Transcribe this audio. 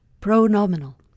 Pronominal